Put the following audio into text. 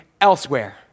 elsewhere